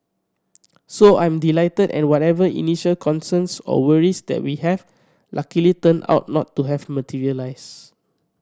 so I'm delighted and whatever initial concerns or worries that we have luckily turned out not to have materialise